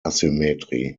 asymmetry